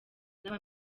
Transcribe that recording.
n’aba